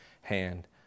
hand